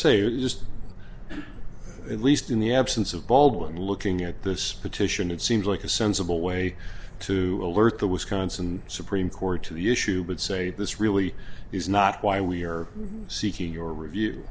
say just at least in the absence of baldwin looking at this petition it seems like a sensible way to alert the wisconsin supreme court to the issue would say this really is not why we are seeking your review